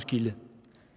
(Trine